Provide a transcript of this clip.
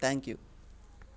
thank you